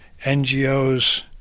NGOs